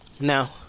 Now